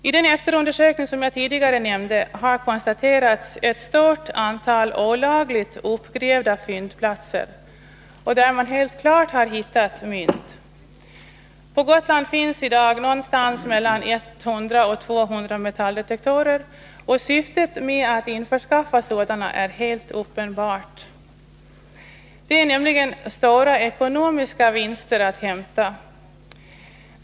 Iden efterundersökning som jag tidigare nämnde har konstaterats ett stort antal olagligt uppgrävda fyndplatser, där det är helt klart att det hittats mynt. På Gotland finns i dag mellan 100 och 200 metalldetektorer, och syftet med att införskaffa sådana är helt uppenbart. Det är nämligen stora ekonomiska vinster att göra.